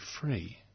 free